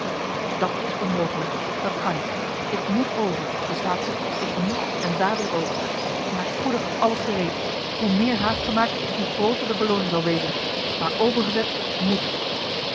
dat is onmogelijk dat kan niet ik moet over verstaat ge ik moet en dadelijk ook maak spoedig alles gereed hoe meer haast ge maakt hoe grooter de belooning zal wezen maar overgezet moet ik